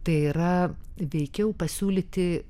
tai yra veikiau pasiūlyti